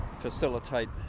facilitate